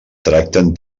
tracten